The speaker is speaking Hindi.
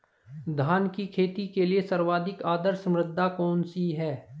धान की खेती के लिए सर्वाधिक आदर्श मृदा कौन सी है?